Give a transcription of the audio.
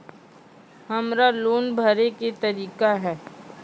हमरा लोन भरे के की तरीका है?